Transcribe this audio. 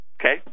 Okay